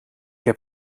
heb